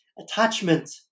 attachment